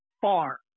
far